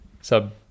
sub